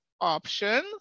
option